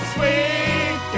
Sweet